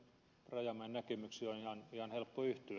rajamäen näkemyksiin on ihan helppo yhtyä